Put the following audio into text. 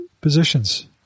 positions